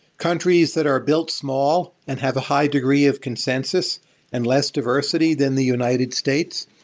countries that are built small and have a high degree of consensus and less diversity than the united states.